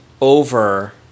over